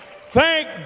thank